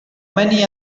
many